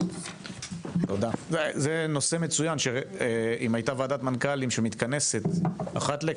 זה נושא מצוין שאם הייתה ועדת מנכ"לים שמתכנסת אחד לכמה זמן,